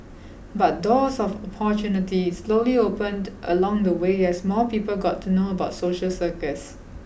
but doors of opportunity slowly opened along the way as more people got to know about social circus